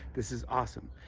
this is awesome.